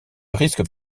risque